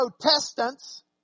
Protestants